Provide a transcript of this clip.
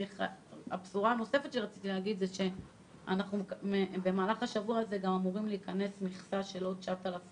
הבשורה הנוספת היא שבמהלך השבוע זה אמורה להיכנס מכסה של עוד 9,000